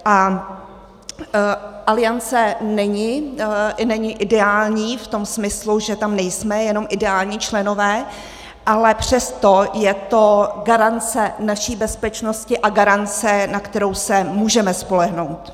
A Aliance není ideální v tom smyslu, že tam nejsme jenom ideální členové, ale přesto je to garance naší bezpečnosti a garance, na kterou se můžeme spolehnout.